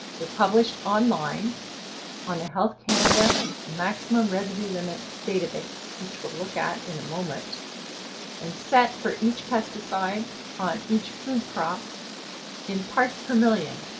they're published online on the health canada maximum residue limit database which we'll look at in a moment and set for each pesticide on each food crop in parts per million,